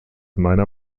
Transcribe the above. meiner